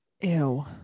Ew